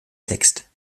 text